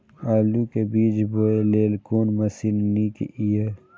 आलु के बीज बोय लेल कोन मशीन नीक ईय?